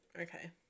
Okay